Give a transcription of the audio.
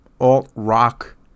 alt-rock